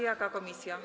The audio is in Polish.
Jaka komisja?